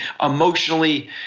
emotionally